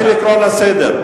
אני אתחיל לקרוא לסדר.